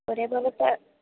ഒരേ പോലത്തെ